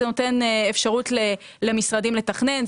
זה נותן אפשרות למשרדים לתכנן,